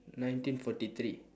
nineteen forty three